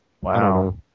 Wow